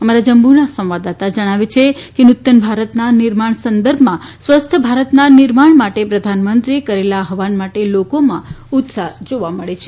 અમારા જમ્મુના સંવાદદાતા જણાવે છે કે નૂતન ભારતના નિર્માણ સંદર્ભમાં સ્વસ્થ ભારતના નિર્માણ માટે પ્રધાનમંત્રીએ કરેલા આહવાન માટે લોકોમાં ઉત્સાહ જાવા મળે છે